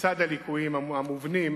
לצד הליקויים המובנים